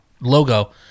logo